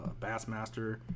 Bassmaster